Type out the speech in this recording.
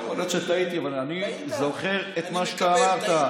יכול להיות שטעיתי, אבל אני זוכר את מה שאתה אמרת.